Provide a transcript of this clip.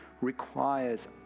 requires